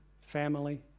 family